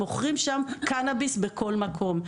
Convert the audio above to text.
ומוכרים שם קנאביס בכל מקום.